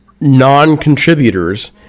non-contributors